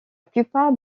plupart